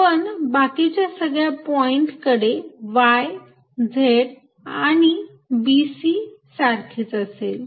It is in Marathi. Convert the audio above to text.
पण बाकीच्या सगळ्या पॉईंटकडे y z आणि b c सारखेच असेल